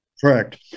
Correct